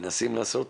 ומנסים לעשות,